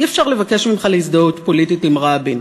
אי-אפשר לבקש ממך להזדהות פוליטית עם רבין,